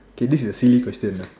okay this is a silly question